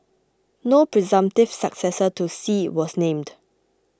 no presumptive successor to Xi was named